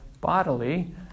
bodily